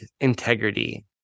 integrity